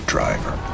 Driver